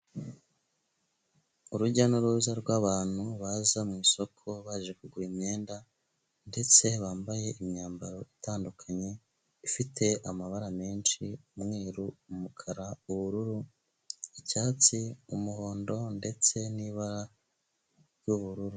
Urujya n'uruza rw'abantu baza mu isoko baje kugura imyenda ndetse bambaye imyambaro itandukanye ifite amabara menshi umweru, umukara, ubururu, icyatsi, umuhondo ndetse n'ibara ry'ubururu.